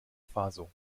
faso